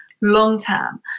long-term